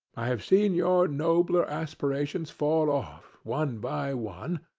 i have seen your nobler aspirations fall off one by one,